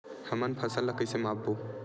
हमन फसल ला कइसे माप बो?